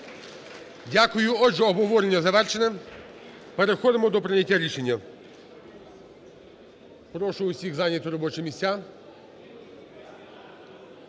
Дякую. Отже, обговорення завершене, переходимо до прийняття рішення. Прошу усіх зайняти робочі місця